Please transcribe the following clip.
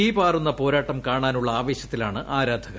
തീപാറുന്ന പോരാട്ടം കാണാനുള്ള ആവേശത്തിലാണ് ആരാധകർ